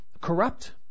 corrupt